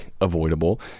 avoidable